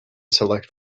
select